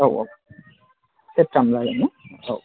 औ औ सेरथाम जागोन ना औ